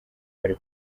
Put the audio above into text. bari